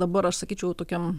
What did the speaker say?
dabar aš sakyčiau tokiam